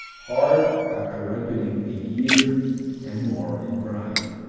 hard, after ripening a year and more in brine.